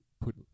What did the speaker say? put